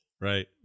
Right